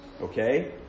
Okay